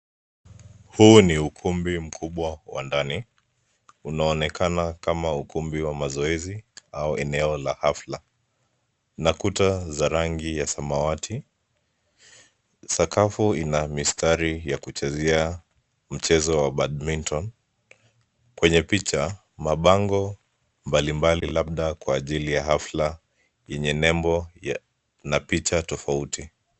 Huu ni ukumbi mkubwa wa ndani, unaonekana kama ukumbi wa mazoezi au eneo la hafla. Na kuta za rangi ya samawati. Sakafu ina mistari Ya kuchezea mchezo wa badminton . Kwenye picha mabango mbali mbali labda kwa ajili ya hafla yenye nembo na picha tofauti.